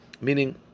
Meaning